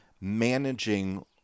managing